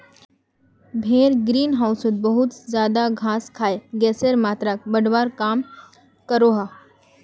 भेड़ ग्रीन होउसोत बहुत ज्यादा घास खाए गसेर मात्राक बढ़वार काम क्रोह